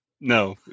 No